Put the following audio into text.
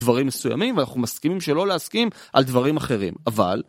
דברים מסוימים ואנחנו מסכימים שלא להסכים על דברים אחרים אבל